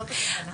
זאת הכוונה.